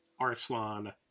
Arslan